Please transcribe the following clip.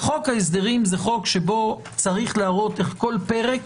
חוק ההסדרים הוא חוק שבו צריך להראות איך כל פרק